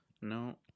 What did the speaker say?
No